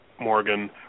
Morgan